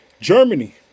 Germany